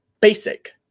basic